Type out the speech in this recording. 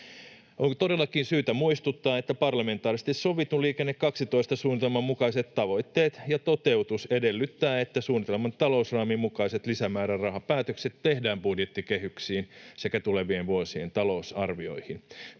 On todellakin syytä muistuttaa, että parlamentaarisesti sovitun Liikenne 12 ‑suunnitelman mukaiset tavoitteet ja toteutus edellyttävät, että suunnitelman talousraamin mukaiset lisämäärärahapäätökset tehdään budjettikehyksiin sekä tulevien vuosien talousarvioihin.